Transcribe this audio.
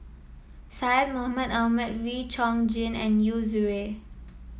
Syed Mohamed Ahmed Wee Chong Jin and Yu Zhuye